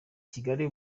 kigali